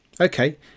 okay